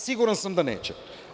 Siguran sam da neće.